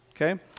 Okay